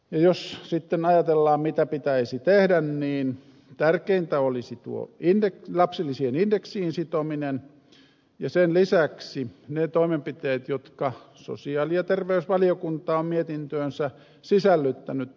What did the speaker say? jos sitten ajatellaan mitä pitäisi tehdä niin tärkeintä olisi lapsilisien indeksiin sitominen ja sen lisäksi ne toimenpiteet jotka sosiaali ja terveysvaliokunta on mietintöönsä sisällyttänyt